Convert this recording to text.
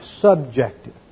subjective